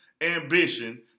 ambition